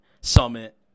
Summit